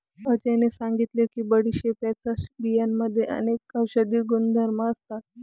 अजयने सांगितले की बडीशेपच्या बियांमध्ये अनेक औषधी गुणधर्म असतात